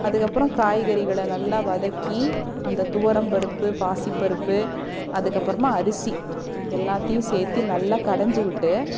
அதுக்கப்புறம் காய்கறிகளை நல்லா வதக்கி அந்த துவரம் பருப்பு பாசிப்பருப்பு அதுக்கப்பறமாக அரிசி எல்லாத்தையும் சேர்த்தி நல்லா கடஞ்சிவுட்டு